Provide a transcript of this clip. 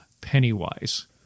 Pennywise